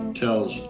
tells